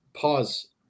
pause